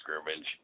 scrimmage